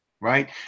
right